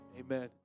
Amen